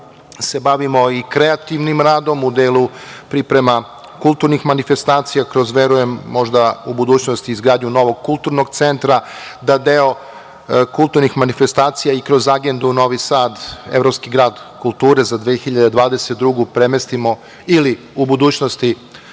se bavimo i kreativnim radom u delu priprema kulturnih manifestacija kroz, verujem, možda u budućnosti izgradnju novog kulturnog centra, da deo kulturnih manifestacija i kroz Agendu „Novi Sad evropski grad kulture za 2022. godinu“ premestimo ili u budućnosti